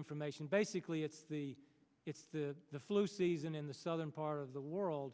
information basically it's the it's the the flu season in the southern part of the world